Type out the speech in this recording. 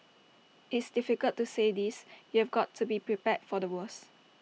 it's difficult to say this you've got to be prepared for the worst